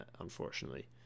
unfortunately